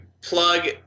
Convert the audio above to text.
plug